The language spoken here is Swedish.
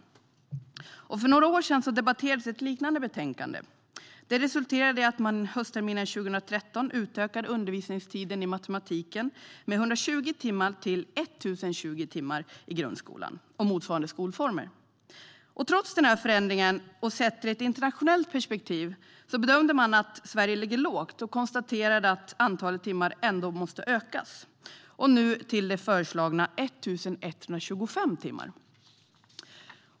För några år sedan debatterades ett liknande betänkande. Det resulterade i att man höstterminen 2013 utökade undervisningstiden i matematik med 120 timmar till 1 020 timmar i grundskolan och motsvarande skolformer. Trots den här förändringen och sett i ett internationellt perspektiv bedömde man att Sverige ligger lågt och konstaterade att antalet timmar måste ökas till nu föreslagna 1 125 timmar.